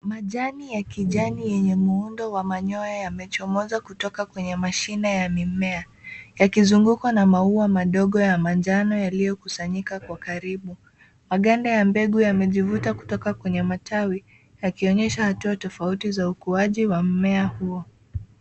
Majani ya kijani yenye muundo wa kijani kutoka kwenye mashine ya mimea yakizungukwa na maua madogo ya manjano yaliyokuasnyika kwa karibu. Maganda ya mbegu yamejivuta kutoka kwenye matawi yakionyesha hatua tofauti za ukuaji wa mmea huo.